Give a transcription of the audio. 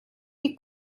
die